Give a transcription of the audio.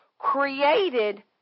created